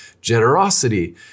generosity